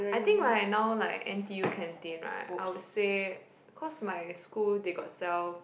I think right now like n_t_u canteen right I would say cause my school they got sell